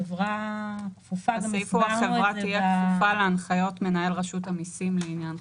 חברות שכפופות להנחיות רשות המיסים.